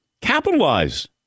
Capitalize